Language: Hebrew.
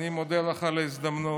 אני מודה לך על ההזדמנות.